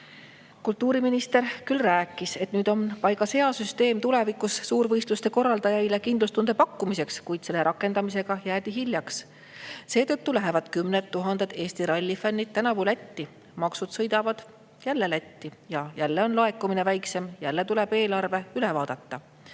Kultuuriminister küll mainis, et nüüd on paigas hea süsteem suurvõistluste korraldajaile tulevikus kindlustunde pakkumiseks, kuid selle rakendamisega jäädi hiljaks. Seetõttu lähevad kümned tuhanded Eesti rallifännid tänavu Lätti. Maksud sõidavad Lätti ja jälle on laekumine väiksem, jälle tuleb eelarve üle vaadata.